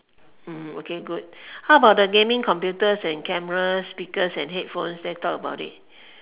mm okay good how about the gaming computers and cameras speakers and headphones let's talk about it